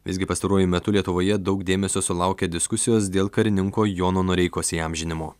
visgi pastaruoju metu lietuvoje daug dėmesio sulaukė diskusijos dėl karininko jono noreikos įamžinimo